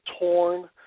torn